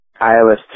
iOS